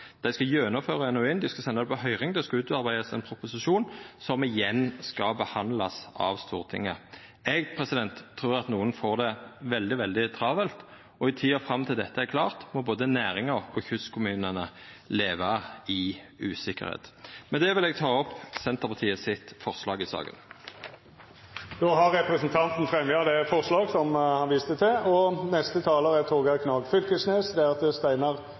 på høyring, og det skal utarbeidast ein proposisjon som igjen skal behandlast av Stortinget. Eg trur at nokon får det veldig travelt, og i tida fram til dette er klart, må både næringa og kystkommunane leva i uvisse. Med det vil eg ta opp Senterpartiet sitt forslag i saka. Representanten Geir Pollestad har teke opp det forslaget han refererte til.